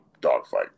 dogfight